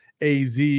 az